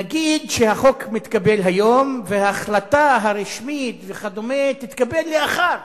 נגיד שהחוק מתקבל היום וההחלטה הרשמית וכדומה תתקבל לאחר